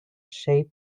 shape